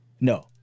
No